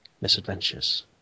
misadventures